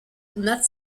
not